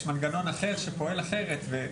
יש מנגנון אחר שפועל אחרת,